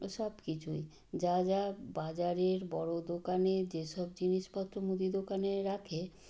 ও সব কিচুই যা যা বাজারের বড়ো দোকানের যে সব জিনিসপত্র মুদি দোকানে রাখে